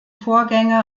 vorgänge